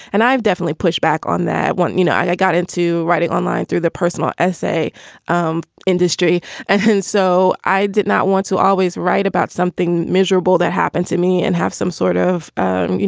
and i've definitely push back on that one. you know, i got into writing online through the personal essay um industry and and so i did not want to always write about something miserable that happened to me and have some sort of, and you